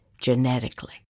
genetically